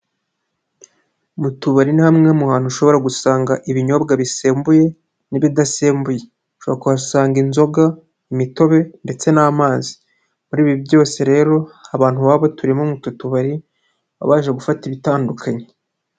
Mu tubari ni hamwe mu hantu ushobora gusanga ibinyobwa bisembuye n'ibidasembuye, ushobora kuhasanga inzoga, imitobe ndetse n'amazi, muri ibi byose rero abantu baba baturimo utu tubari baba baje gufata ibitandukanye.